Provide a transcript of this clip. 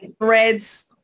threads